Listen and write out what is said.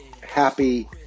happy